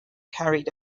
carried